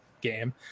game